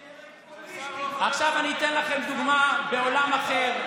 דרג פוליטי, עכשיו, אני אתן לכם דוגמה מעולם אחר.